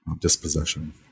dispossession